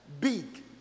big